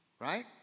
right